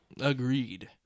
Agreed